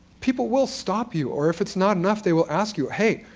people will stop you, or if it's not enough, they will ask you, hey,